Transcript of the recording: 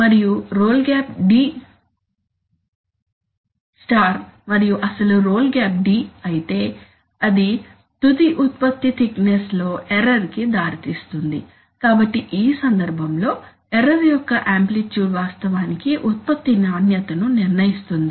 మరియు roll gap d మరియు అసలు రోల్ గ్యాప్ d అయితే అది తుది ఉత్పత్తి థిక్నెస్ లో ఎర్రర్ కి దారి తీస్తుంది కాబట్టి ఈ సందర్భంలో ఎర్రర్ యొక్క యాంప్లిట్యూడ్ వాస్తవానికి ఉత్పత్తి నాణ్యతను నిర్ణయిస్తుంది